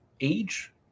age